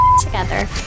together